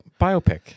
biopic